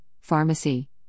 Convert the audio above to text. pharmacy